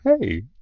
hey